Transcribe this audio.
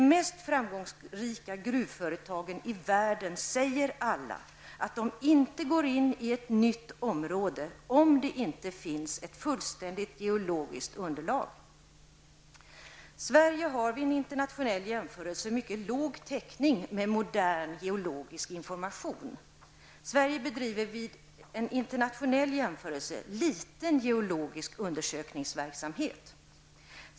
De mest framgångsrika gruvföretagen i världen säger alla att de inte går in i ett nytt område om det inte finns ett fullständigt geologiskt underlag. Sverige har vid en internationell jämförelse mycket låg täckning med modern geologisk information. Sverige bedriver en vid internationell jämförelse liten geologisk undersökningsverksamhet.